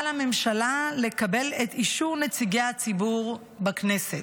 על הממשלה לקבל את אישור נציגי הציבור, הכנסת,